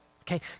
okay